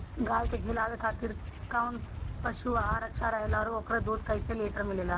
गाय के खिलावे खातिर काउन पशु आहार अच्छा रहेला और ओकर दुध कइसे लीटर मिलेला?